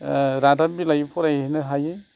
रादाब बिलाइ फरायहैनो हायो